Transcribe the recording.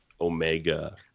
omega